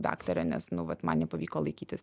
daktare nes nu vat man nepavyko laikytis